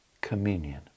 Communion